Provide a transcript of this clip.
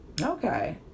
Okay